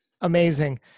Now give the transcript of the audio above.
Amazing